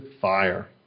fire